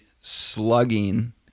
slugging